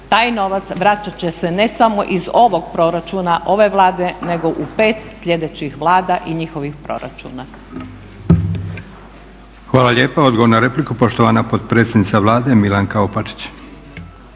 Taj novac vraćat će se ne samo iz ovog proračuna ove Vlade nego u 5 sljedećih vlada i njihovih proračuna.